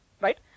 right